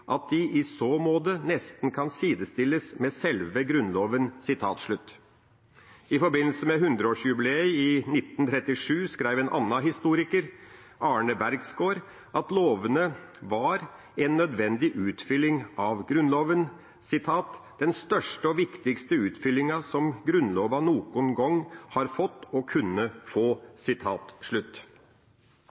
at de i saa maade næsten kan sidestilles med selve grundloven». I forbindelse med hundreårsjubileet i 1937 skrev en annen historiker, Arne Bergsgård, at lovene var en nødvendig utfylling av Grunnloven – «den største og viktigaste utfyllinga som grunnlova nokon gong har fått og kunde få».